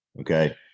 okay